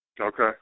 Okay